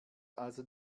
also